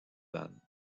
van